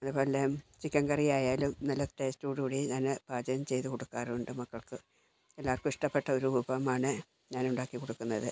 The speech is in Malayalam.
അതേപോലെ ചിക്കൻ കറി ആയാലും നല്ല ടേസ്റ്റോടുകൂടി ഞാൻ പാചകം ചെയ്തു കൊടുക്കാറുണ്ട് മക്കൾക്ക് എല്ലാർക്കും ഇഷ്ട്ടപ്പെട്ട ഒരു വിഭവമാണ് ഞാനുണ്ടാക്കി കൊടുക്കുന്നത്